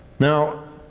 now,